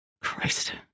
Christ